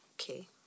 Okay